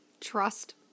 trust